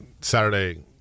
Saturday